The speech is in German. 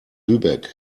lübeck